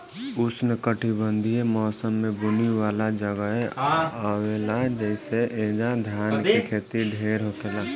उष्णकटिबंधीय मौसम में बुनी वाला जगहे आवेला जइसे ऐजा धान के खेती ढेर होखेला